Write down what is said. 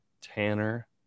Tanner